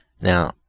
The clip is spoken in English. Now